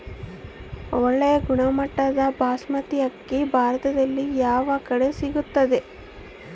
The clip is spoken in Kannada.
ಒಳ್ಳೆ ಗುಣಮಟ್ಟದ ಬಾಸ್ಮತಿ ಅಕ್ಕಿ ಭಾರತದಲ್ಲಿ ಯಾವ ಕಡೆ ಸಿಗುತ್ತದೆ?